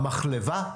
המחלבה,